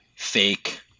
fake